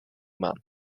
man